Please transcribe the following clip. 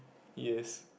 yes